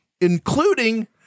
including